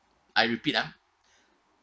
I repeat uh